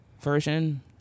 version